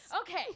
Okay